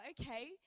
okay